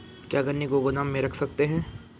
क्या गन्ने को गोदाम में रख सकते हैं?